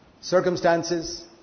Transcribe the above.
circumstances